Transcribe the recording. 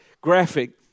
graphic